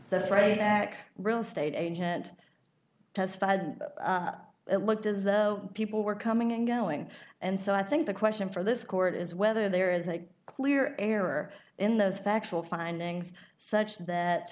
the friday back real estate agent testified it looked as though people were coming and going and so i think the question for this court is whether there is a clear error in those factual findings such